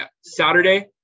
Saturday